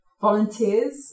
volunteers